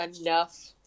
enough